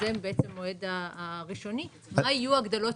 שזה בעצם המועד הראשוני, מה יהיו ההגדלות.